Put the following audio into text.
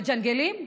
מג'נגלים.